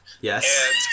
Yes